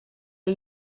are